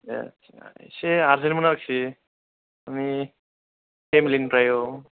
ए एसे आरजेन्टमोन आरिखि मानि फेमेलिनिफ्राय औ